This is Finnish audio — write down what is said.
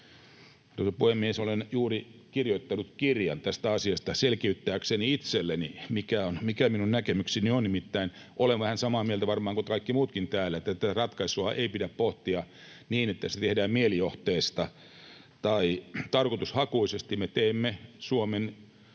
sanoa? Puhemies! Olen juuri kirjoittanut kirjan tästä asiasta selkeyttääkseni itselleni, mikä minun näkemykseni on. Nimittäin olen vähän samaa mieltä kuin varmaan kaikki muutkin täällä, että tätä ratkaisua ei pidä pohtia niin, että se tehdään mielijohteesta tai tarkoitushakuisesti. Me teemme Suomen